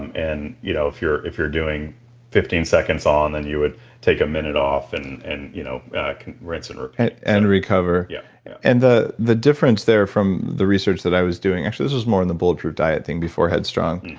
and and you know if you're if you're doing fifteen seconds on then you would take a minute off and and you know rinse and repeat and recover yeah and the the difference there from the research that i was doing, actually this was more in the bulletproof diet thing before head strong,